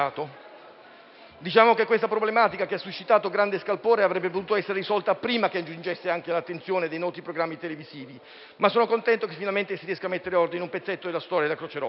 Questa problematica, che ha suscitato grande scalpore, avrebbe dovuto essere risolta prima che giungesse anche all'attenzione dei noti programmi televisivi. Sono contento che finalmente si riesca a mettere ordine a un pezzetto della storia della Croce Rossa.